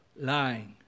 lying